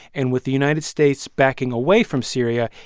and with the united states backing away from syria,